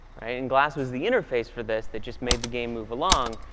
i mean glass was the interface for this that just made the game move along.